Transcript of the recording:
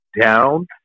down